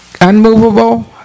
Unmovable